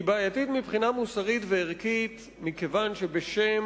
היא בעייתית מבחינה מוסרית וערכית מכיוון שבשם